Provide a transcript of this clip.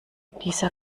dieser